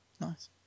Nice